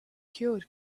cured